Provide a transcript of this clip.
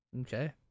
Okay